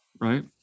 right